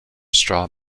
straw